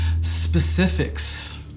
specifics